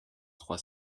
trois